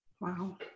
Wow